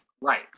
Right